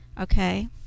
Okay